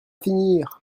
finir